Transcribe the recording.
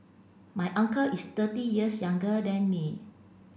my uncle is thirty years younger than me